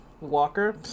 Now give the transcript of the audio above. Walker